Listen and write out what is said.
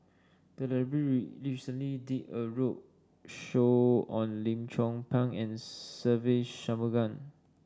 the library recently did a roadshow on Lim Chong Pang and Se Ve Shanmugam